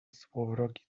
złowrogi